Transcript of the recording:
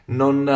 non